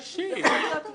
זה בדיקה אישית.